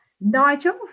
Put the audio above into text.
Nigel